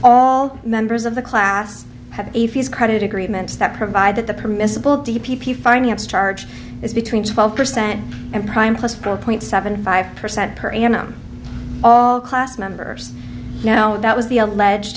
all members of the class have a few credit agreements that provide that the permissible d p p finance charge is between twelve percent and prime plus four point seven five percent per annum all class members now that was the alleged